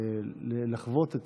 לחוות את